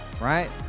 Right